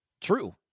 True